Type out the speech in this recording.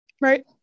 right